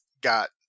got